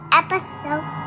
episode